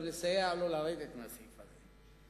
גם לסייע לו לרדת מהסעיף הזה.